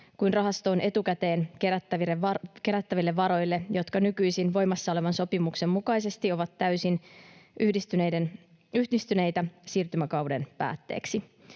kuin rahastoon etukäteen kerättäville varoille, jotka nykyisin voimassa olevan sopimuksen mukaisesti ovat täysin yhdistyneitä siirtymäkauden päätteeksi.